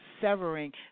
severing